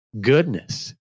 goodness